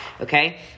Okay